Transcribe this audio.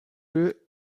lieu